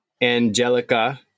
angelica